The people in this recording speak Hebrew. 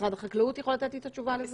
משרד החקלאות יכול לתת לי את התשובה לזה?